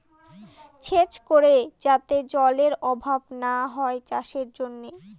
সেচ করে যাতে জলেরর অভাব না হয় চাষের জন্য